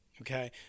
okay